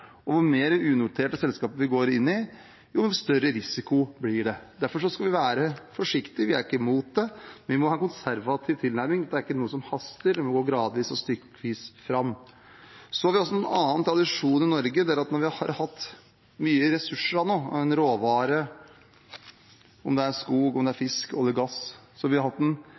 går inn i, jo større risiko blir det. Derfor skal vi være forsiktige. Vi er ikke imot det, men vi må ha en konservativ tilnærming. Det er ikke noe som haster, en må gå gradvis og stykkevis fram. Så har vi også en annen tradisjon i Norge. Den er at når vi har hatt mye ressurser av en råvare – om det er skog, fisk eller olje og gass – har vi hatt en tenkning om at det skal bygges industri og arbeidsplasser i Norge. Det har